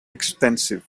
extensive